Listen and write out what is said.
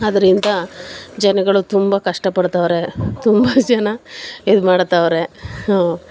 ಆದ್ರಿಂದ ಜನಗಳು ತುಂಬ ಕಷ್ಟಪಡ್ತವ್ರೆ ತುಂಬ ಜನ ಇದು ಮಾಡ್ತಾವ್ರೆ ಹ್ಞೂ